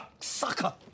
sucker